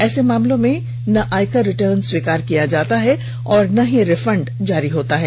ऐसे मामलों में न आयकर रिटर्न स्वीकार किया जाता है और न ही रिफंड जारी होता है